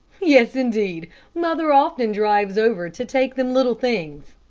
yes, indeed mother often drives over to take them little things,